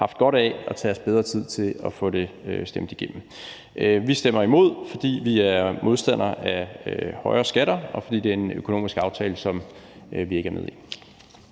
have haft godt af at tage os bedre tid til at få det stemt igennem. Vi stemmer imod, fordi vi er modstandere af højere skatter, og fordi det er en økonomisk aftale, som vi ikke er med i.